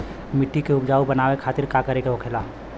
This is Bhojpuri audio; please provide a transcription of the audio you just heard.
मिट्टी की उपजाऊ बनाने के खातिर का करके होखेला?